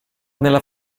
nella